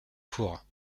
courts